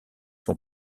son